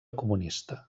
comunista